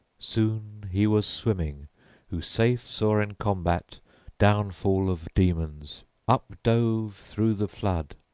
soon he was swimming who safe saw in combat downfall of demons up-dove through the flood.